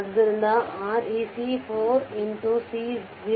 ಆದ್ದರಿಂದ ರೆಕ್ 4 ಸಿ 0